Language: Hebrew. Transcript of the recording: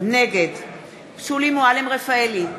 נגד שולי מועלם-רפאלי,